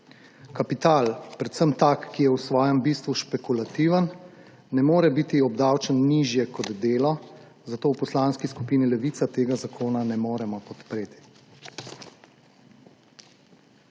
Kapital, predvsem tak, ki je v svojem bistvu špekulativen, ne more biti obdavčen nižje kot delo, zato v Poslanski skupini Levica tega zakona ne moremo podpreti.